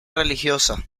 religiosa